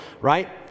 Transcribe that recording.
right